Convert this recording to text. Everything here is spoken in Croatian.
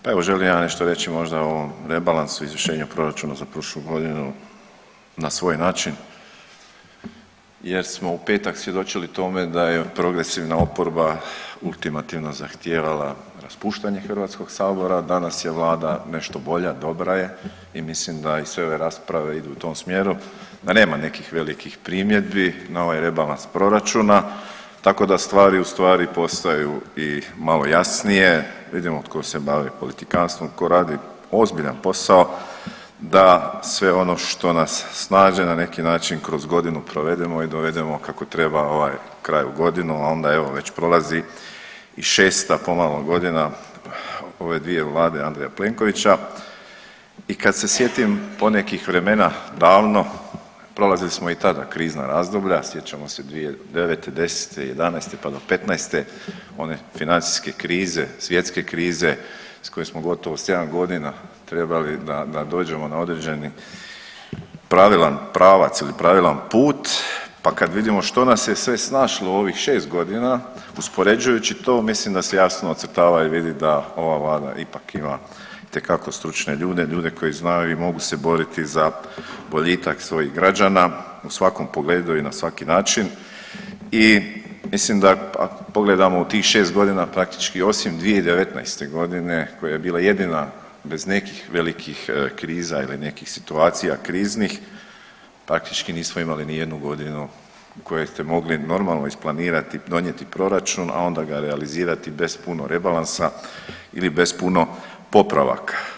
Pa evo želim vam nešto reći možda o rebalansu i izvršenju proračuna za prošlu godinu na svoj način jer smo u petak svjedočili tome da je progresivna oporba ultimativno zahtijevala raspuštanje HS, danas je vlada nešto bolja, dobra je i mislim da i sve ove rasprave idu u tom smjeru, da nema nekih velikih primjedbi na ovaj rebalans proračuna, tako da stvari u stvari postaju i malo jasnije, vidimo tko se bavi politikanstvom, tko radi ozbiljan posao, da sve ono što nas snađe na neki način kroz godinu provedemo i dovedemo kako treba ovaj kraju godinu, a onda evo već prolazi i šesta pomalo godina ove dvije vlade Andreja Plenkovića i kad se sjetim ponekih vremena davno, prolazili smo i tada krizna razdoblja, sjećamo se 2009., '10., '11., pa do '15. one financijske krize, svjetske krize s koje smo gotovo 7.g. trebali da dođemo na određeni pravilan pravac ili pravilan put, pa kad vidimo što nas je sve snašlo u ovih 6.g., uspoređujući to mislim da se jasno ocrtava i vidi da ova vlada ipak ima itekako stručne ljude, ljude koji znaju i mogu se boriti za boljitak svojih građana u svakom pogledu i na svaki način i mislim da ako pogledamo u tih 6.g. praktički osim 2019.g. koja je bila jedina bez nekih velikih kriza ili nekih situacija kriznih praktički nismo imali nijednu godinu u kojoj ste mogli isplanirati i donijeti proračun, a onda ga realizirati bez puno rebalansa ili bez puno popravaka.